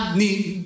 need